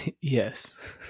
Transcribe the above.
Yes